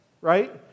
right